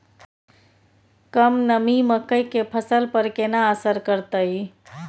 कम नमी मकई के फसल पर केना असर करतय?